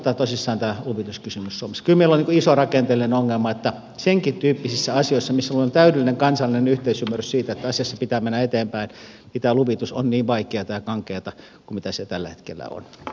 kyllä meillä on iso rakenteellinen ongelma että senkintyyppisissä asioissa missä meillä on täydellinen kansallinen yhteisymmärrys siitä että asiassa pitää mennä eteenpäin tämä luvitus on niin vaikeata ja kankeata kuin mitä se tällä hetkellä on